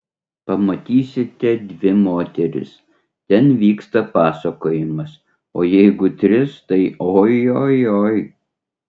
pamatysite dvi moteris ten vyksta pasakojimas o jeigu tris tai oi oi oi